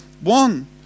one